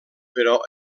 però